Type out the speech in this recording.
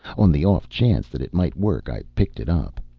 on the off-chance that it might work, i picked it up.